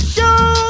Show